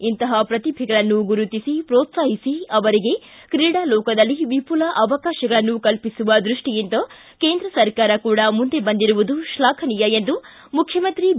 ಇಂತಹ ಪ್ರತಿಭೆಗಳನ್ನು ಗುರುತಿಸಿ ಪ್ರೋತ್ಸಾಹಿಸಿ ಅವರಿಗೆ ತ್ರೀಡಾ ಲೋಕದಲ್ಲಿ ವಿಪುಲ ಅವಕಾಶಗಳನ್ನು ಕಲ್ಪಿಸುವ ದೃಷ್ಟಿಯಿಂದ ಕೇಂದ್ರ ಸರ್ಕಾರ ಕೂಡಾ ಮುಂದೆ ಬಂದಿರುವುದು ಶ್ಲಾಘನೀಯ ಎಂದು ಮುಖ್ಯಮಂತ್ರಿ ಬಿ